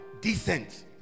Decent